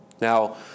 Now